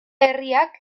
herriak